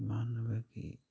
ꯏꯝꯃꯥꯅꯨꯋꯦꯜꯒꯤ